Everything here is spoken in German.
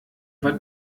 war